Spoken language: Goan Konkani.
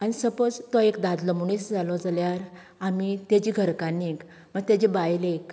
आनी सपोज तो एक दादलो मनीस जालो जाल्यार आमी तेजी घरकान्नीक तेजे बायलेक